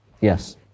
yes